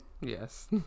Yes